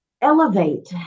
elevate